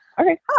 Okay